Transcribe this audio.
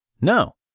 No